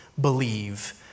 believe